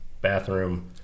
bathroom